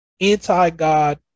anti-God